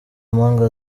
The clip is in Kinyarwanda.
mpanga